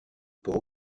port